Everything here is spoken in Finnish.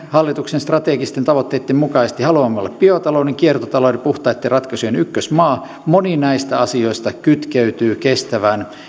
hallituksen strategisten tavoitteitten mukaisesti haluamme olla biotalouden kiertotalouden puhtaitten ratkaisujen ykkösmaa moni näistä asioista kytkeytyy kestävään